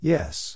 Yes